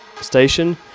station